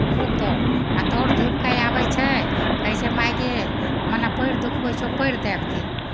खूब दौड़ आ दौड़ धूपि कऽ आबै छै कहै छै माय गे मने पएर दुखबै छौ पएर दाबि दे